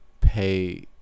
pay